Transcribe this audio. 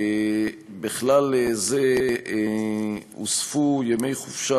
ובכלל זה הוספו ימי חופשה,